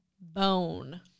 bone